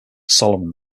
solomon